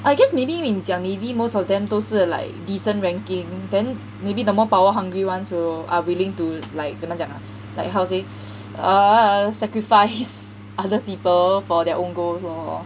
I guess maybe 因为你讲 navy most of them 都是 like decent ranking then maybe the more power hungry ones will are willing to like 怎么讲 ah like how to say err sacrifice other people for their own goals or